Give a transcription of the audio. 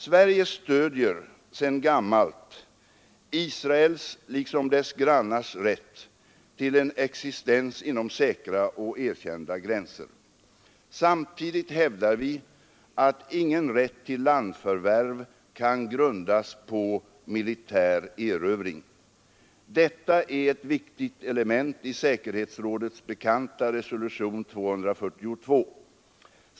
Sverige stöder sedan gammalt Israels liksom dess grannars rätt till en existens inom säkra och erkända gränser. Samtidigt hävdar vi att ingen rätt till landförvärv kan grundas på militär erövring. Detta är viktiga element i säkerhetsrådets bekanta resolution 242.